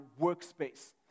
workspace